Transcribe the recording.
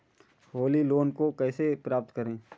Holi loan को कैसे प्राप्त करें?